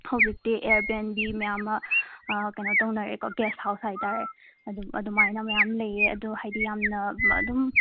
ꯍꯧꯖꯤꯛꯇꯤ ꯑꯦꯌꯥꯔꯕꯦꯟꯕꯤ ꯃꯌꯥꯝꯃ ꯀꯩꯅꯣ ꯇꯧꯅꯔꯦꯀꯣ ꯒꯦꯁ ꯍꯥꯎꯁ ꯍꯥꯏꯇꯥꯔꯦ ꯑꯗꯨ ꯑꯗꯨꯃꯥꯏꯅ ꯃꯌꯥꯝ ꯂꯩꯌꯦ ꯑꯗꯣ ꯍꯥꯏꯗꯤ ꯌꯥꯝꯅ ꯑꯗꯨꯝ